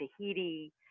Tahiti